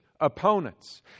opponents